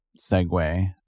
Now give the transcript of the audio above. segue